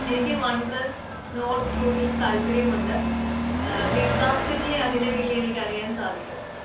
എനിക്ക് one plus note റ്റൂവിൽ താൽപ്പര്യമുണ്ട് ബിഗ് ബാസ്ക്കറ്റിലെ അതിന്റെ വില എനിക്കറിയാൻ സാധിക്കുമോ